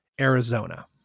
Arizona